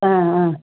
ஆ ஆ